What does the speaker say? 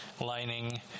lining